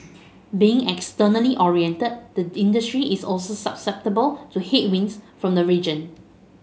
being externally oriented the industry is also susceptible to headwinds from the region